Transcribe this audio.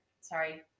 Sorry